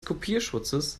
kopierschutzes